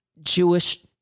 Jewish